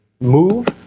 move